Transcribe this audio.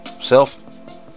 Self